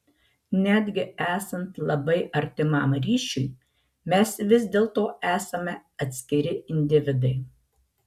netgi esant labai artimam ryšiui mes vis dėlto esame atskiri individai